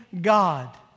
God